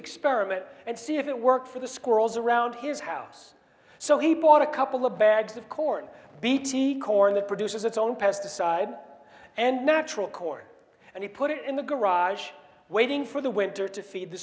experiment and see if it works for the squirrels around his house so he bought a couple of bags of corn bt corn that produces its own pesticide and natural corn and he put it in the garage waiting for the winter to feed the